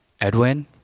Edwin